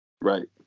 Right